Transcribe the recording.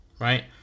right